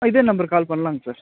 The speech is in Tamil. இதே நம்பருக்கு கால் பண்ணலாங்க சார்